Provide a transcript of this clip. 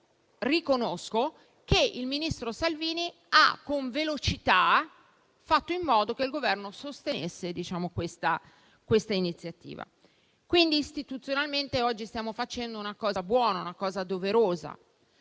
inoltre che il ministro Salvini ha rapidamente fatto in modo che il Governo sostenesse questa iniziativa. Quindi, istituzionalmente oggi stiamo facendo una cosa buona e doverosa,